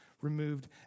removed